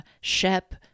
shep